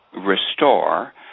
restore